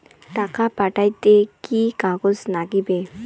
টাকা পাঠাইতে কি কাগজ নাগীবে?